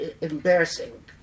embarrassing